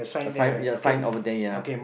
assign you are assign over there ya